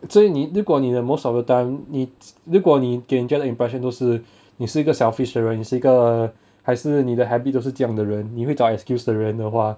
所以你如果你 the most of the time 你如果你给觉得你的 impression 都是是你是一个 selfish 的人你是一个还是你的 habit 就是这样的人你会找 excuse 的人的话